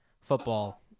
football